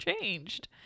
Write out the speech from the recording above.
changed